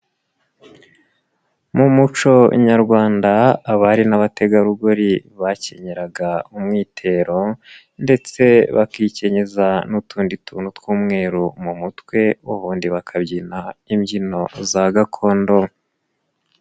Mu muco nyarwanda abari n'abategarugori, bakenyeraga umwitero ndetse bakikenyeza n'utundi tuntu tw'umweru mu mutwe, ubundi bakabyina imbyino za gakondo.